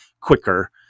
quicker